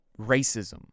racism